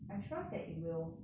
I trust that it will